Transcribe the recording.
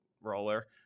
roller